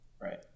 Right